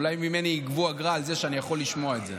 אולי ממני יגבו אגרה על זה שאני יכול לשמוע את זה.